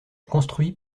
construit